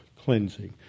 cleansing